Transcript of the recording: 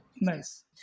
nice